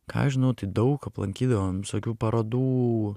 ką aš žinau tai daug aplankydavom visokių parodų